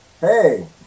hey